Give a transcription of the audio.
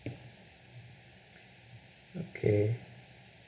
okay